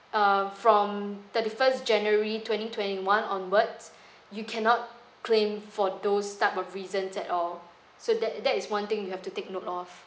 uh from thirty first january twenty twenty one onwards you cannot claim for those type of reasons at all so that that is one thing you have to take note of